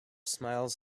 smiles